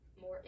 more